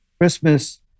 Christmas